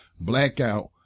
Blackout